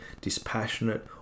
dispassionate